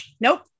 Nope